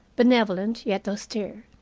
benevolent yet austere,